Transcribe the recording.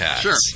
Sure